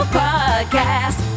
podcast